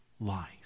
life